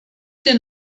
den